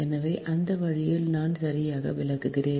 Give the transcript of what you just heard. எனவே அந்த வழியில் நான் சரியாக விளக்குகிறேன்